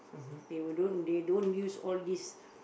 they will don't they don't use all these